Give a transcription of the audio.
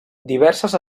diverses